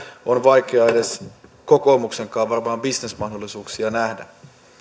on vaikeaa edes kokoomuksen varmaan bisnesmahdollisuuksia nähdä